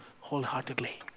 wholeheartedly